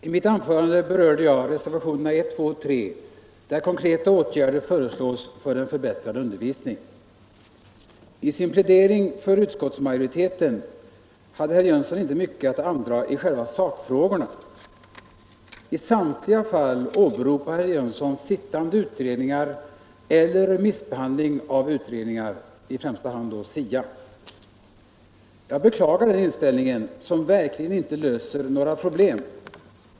Herr talman! I mitt anförande berörde jag reservationerna 1, 2 och 3, där konkreta åtgärder föreslås för en förbättrad undervisning. I sin plädering för utskottsmajoritetens förslag hade herr Jönsson i Arlöv inte mycket att andra i själva sakfrågorna. I samtliga fall åberopade herr Jönsson sittande utredningar eller remissbehandling av utredningar, i första hand SIA. Jag beklagar den inställningen, som verkligen inte löser några problem.